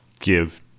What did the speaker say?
give